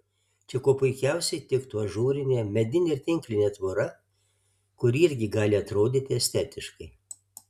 čia kuo puikiausiai tiktų ažūrinė medinė ar tinklinė tvora kuri irgi gali atrodyti estetiškai